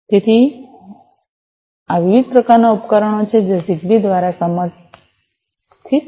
તેથી આ 3 વિવિધ પ્રકારના ઉપકરણો છે જે જીગબી દ્વારા સમર્થિત છે